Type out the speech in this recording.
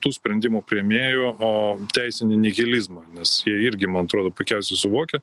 tų sprendimų priėmėjų o teisinį nihilizmą nes jie irgi man atrodo puikiausiai suvokia